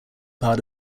part